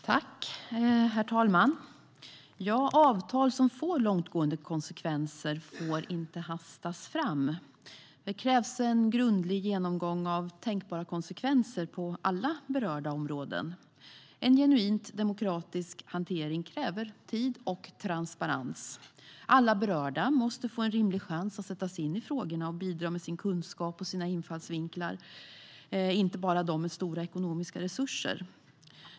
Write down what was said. Herr talman! Avtal som får långtgående konsekvenser får inte hastas fram. Det krävs en grundlig genomgång av tänkbara konsekvenser på alla berörda områden. En genuint demokratisk hantering kräver tid och transparens. Alla berörda måste få en rimlig chans att sätta sig in i frågorna och bidra med sin kunskap och sina infallsvinklar - inte bara de med stora ekonomiska resurser.